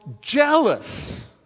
jealous